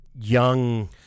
young